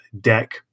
deck